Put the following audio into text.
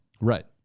right